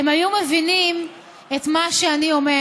הם היו מבינים את מה שאני אומר,